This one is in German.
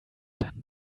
dann